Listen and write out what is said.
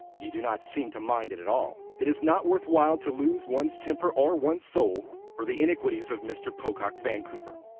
you do not seem to mind it at all. it is not worth while to lose one's temper or one's soul for the iniquities of mr. pocock vancouver,